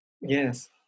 yes